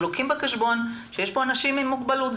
לוקחים בחשבון שיש פה אנשים עם מוגבלות,